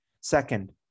Second